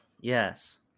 Yes